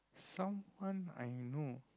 someone I know